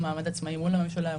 יש לו מעמד עצמאי מול הממשלה.